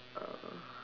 uh